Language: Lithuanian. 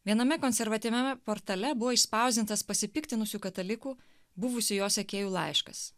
viename konservatyviame portale buvo išspausdintas pasipiktinusių katalikų buvusių jo sekėjų laiškas